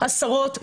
עשרות ומאות,